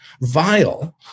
vile